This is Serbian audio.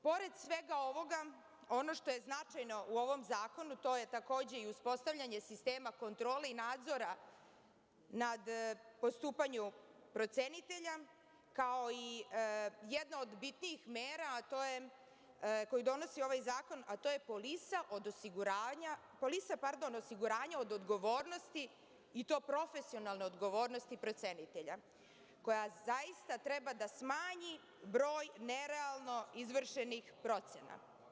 Pored svega ovoga, ono što je značajno u ovom zakonu, to je takođe i uspostavljanje sistema kontrole i nadzora nad postupanjem procenitelja, kao i jedna od bitnijih mera koju donosi ovaj zakon, a to je polisa osiguranja od odgovornosti, i to profesionalne odgovornosti procenitelja, koja zaista treba da smanji broj nerealno izvršenih procena.